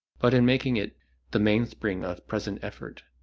but in making it the mainspring of present effort.